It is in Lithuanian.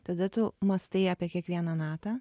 tada tu mąstai apie kiekvieną natą